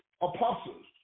apostles